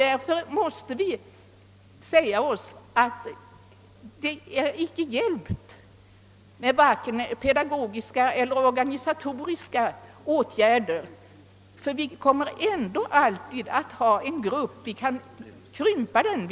Därför måste vi säga oss att det icke alltid hjälper med vare sig pedagogiska eller organisatoriska åtgärder. Vi kommer ändå alltid att ha kvar en grupp besvärliga elever.